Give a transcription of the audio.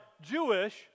Jewish